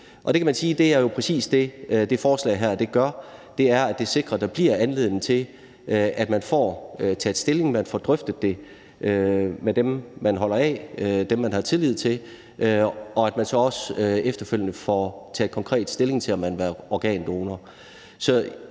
det, som det her forslag gør. Det sikrer nemlig, at der bliver anledning til, at man får taget stilling til det og drøftet det med dem, man holder af, dem, man har tillid til, og også efterfølgende får taget konkret stilling til, om man vil være organdonor.